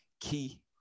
key